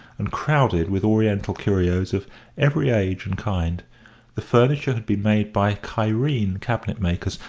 and crowded with oriental curios of every age and kind the furniture had been made by cairene cabinet-makers,